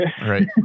Right